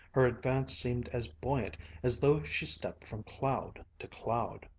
her advance seemed as buoyant as though she stepped from cloud to cloud.